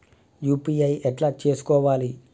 UPI ఎట్లా చేసుకోవాలి?